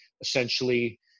essentially